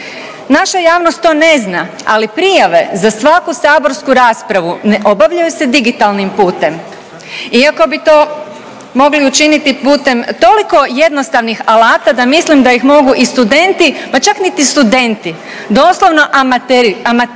Naša javnost to ne zna, ali prijave za svaku saborsku raspravu ne obavljaju se digitalnim putem iako bi to mogli učiniti putem toliko jednostavnih alata da mislim da ih mogu i studenti, pa čak niti studenti doslovno amateri,